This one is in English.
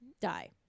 die